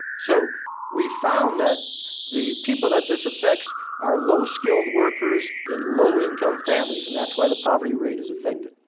so we found that the people that this affects are low skilled workers in low income families, and that's why the poverty rate is affected.